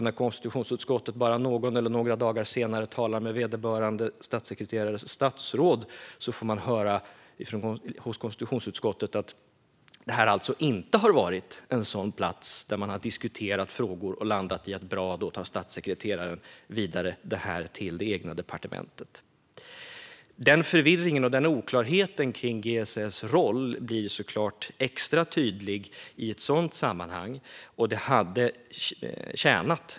När konstitutionsutskottet bara någon eller några dagar senare talade med vederbörande statssekreterares statsråd fick konstitutionsutskottet höra att detta inte har varit en plats där man har diskuterat frågor och landat i att statssekreteraren skulle ta det vidare till det egna departementet. Förvirringen och oklarheten kring GSS roll blir såklart extra tydlig i ett sådant sammanhang.